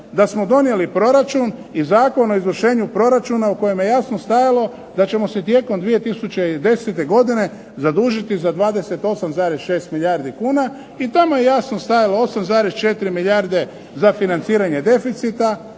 da smo donijeli proračun i Zakon o izvršenju proračuna u kojem je jasno stajalo da ćemo se tijekom 2010. godine zadužiti za 28,6 milijardi kuna i tamo je jasno stajalo 8,4 milijarde za financiranje deficita,